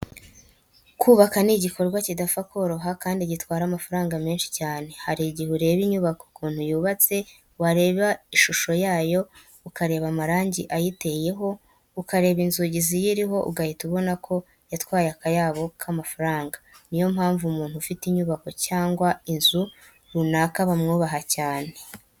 Kubaka ni igikorwa kidapfa koroha kandi gitwara amafaranga menshi cyane. Hari igihe ureba inyubako ukuntu yubatse, wareba ishusho yayo, ukareba amarangi ayiteyeho, ukareba inzugi ziyiriho ugahita ubona ko yatwaye akayabo k'amafaranga. Ni yo mpamvu umuntu ufite inyubako cyangwa inzu runaka bamwubaha cyane.